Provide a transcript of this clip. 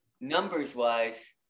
numbers-wise